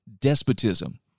despotism